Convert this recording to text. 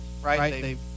right